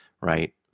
right